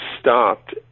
stopped